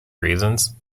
reasons